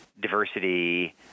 diversity